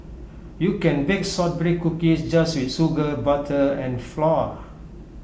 you can bake Shortbread Cookies just with sugar butter and flour